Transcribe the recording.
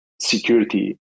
security